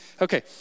Okay